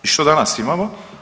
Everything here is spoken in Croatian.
I što danas imamo?